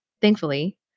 thankfully